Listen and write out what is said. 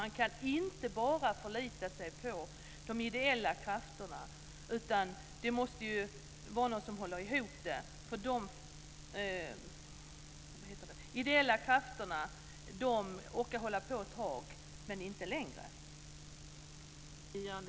Man kan inte bara förlita sig på de ideella krafterna, utan det måste vara någon som håller ihop arbetet. De ideella krafterna orkar hålla på ett tag, men inte en längre tid.